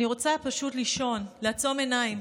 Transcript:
אני רוצה פשוט לישון, לעצום עיניים.